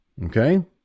Okay